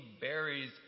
berries